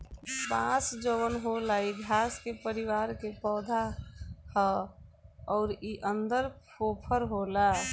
बांस जवन होला इ घास के परिवार के पौधा हा अउर इ अन्दर फोफर होला